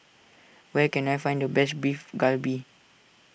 where can I find the best Beef Galbi